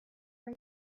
are